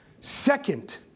second